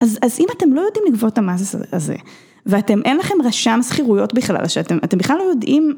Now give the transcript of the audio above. אז אם אתם לא יודעים לגבות את המס הזה ואתם אין לכם רשם זכירויות בכלל ושאתם בכלל לא יודעים